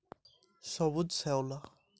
বাঁশপাতা মাছের ভালো খাবার কোনটি?